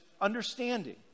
understanding